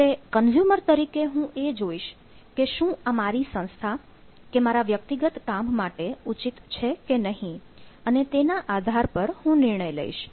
એટલે કન્ઝ્યુમર તરીકે હું એ જોઇશ કે શું આ મારી સંસ્થા કે મારા વ્યક્તિગત કામ માટે ઉચિત છે કે નહીં અને તેના આધાર પર હું નિર્ણય લઈશ